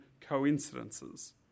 coincidences